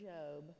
Job